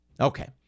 Okay